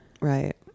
right